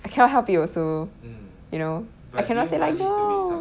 I cannot help it also you know I cannot say like no